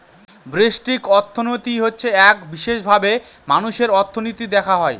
ব্যষ্টিক অর্থনীতি হচ্ছে এক বিশেষভাবে মানুষের অর্থনীতি দেখা হয়